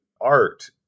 art